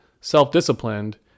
self-disciplined